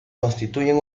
constituyen